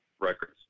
records